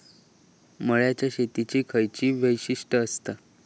मळ्याच्या शेतीची खयची वैशिष्ठ आसत?